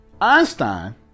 einstein